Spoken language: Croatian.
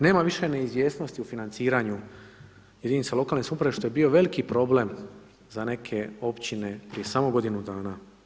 Nema više neizvjesnosti u financiranju jedinica lokalne samouprave što je bio veliki problem za neke općine prije samo godinu dana.